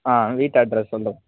ஆ வீட்டு அட்ரெஸ் சொல்